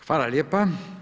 Hvala lijepa.